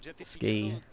ski